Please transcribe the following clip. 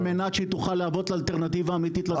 שתוכל להוות אלטרנטיבה אמיתית.